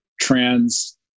trans